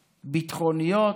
ביטחוניות,